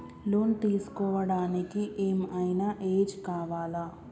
Loan తీస్కోవడానికి ఏం ఐనా ఏజ్ కావాలా?